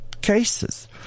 cases